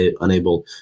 unable